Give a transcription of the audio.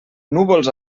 núvols